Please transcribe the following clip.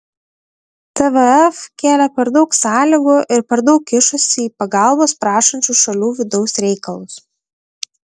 tvf kėlė per daug sąlygų ir per daug kišosi į pagalbos prašančių šalių vidaus reikalus